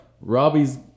Robbie's